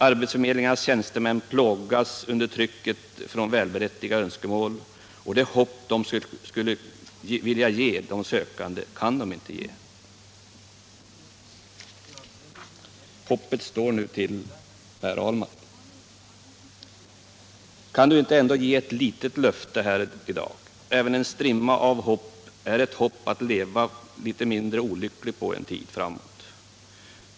Arbetsförmedlingarnas tjänstemän plågas under trycket av välberättigade önskemål, och det hopp man skulle vilja ge de sökande kan man inte ge. Hoppet står nu till Per Ahlmark. Kan arbetsmarknadsministern inte ge ett litet löfte här i dag? Även en strimma av hopp är en hjälp att leva litet mindre olycklig en tid framåt.